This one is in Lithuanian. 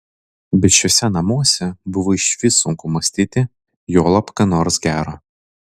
bet šiuose namuose buvo išvis sunku mąstyti juolab ką nors gero